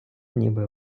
ніби